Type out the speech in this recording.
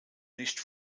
nicht